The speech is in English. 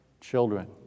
children